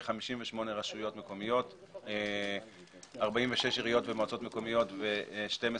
כ-58 רשויות מקומיות - 46 עיריות ומועצות מקומיות ו-12